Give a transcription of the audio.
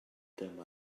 dyma